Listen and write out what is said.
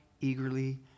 eagerly